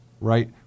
right